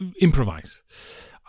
improvise